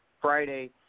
Friday